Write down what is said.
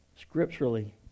Scripturally